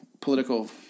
political